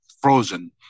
frozen